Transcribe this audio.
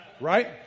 Right